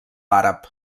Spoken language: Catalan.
àrab